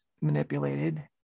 manipulated